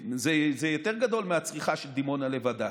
זה יותר גדול מהצריכה של דימונה לבדה.